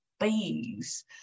Bees